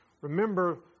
remember